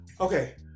Okay